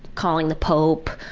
calling the pope.